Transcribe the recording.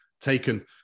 taken